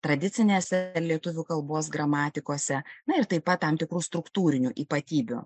tradicinėse lietuvių kalbos gramatikose na ir taip pat tam tikrų struktūrinių ypatybių